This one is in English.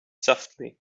softly